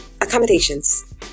accommodations